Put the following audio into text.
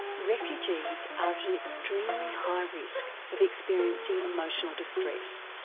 refugees are at an extremely high risk of experiencing emotional distress,